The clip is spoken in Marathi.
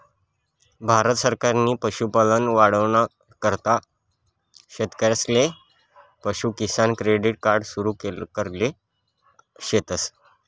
भारत सरकारनी पशुपालन वाढावाना करता शेतकरीसले पशु किसान क्रेडिट कार्ड सुरु करेल शेतस